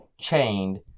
chained